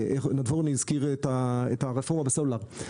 נדבורני הזכיר את הרפורמה בסלולר,